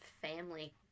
family